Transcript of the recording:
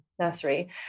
nursery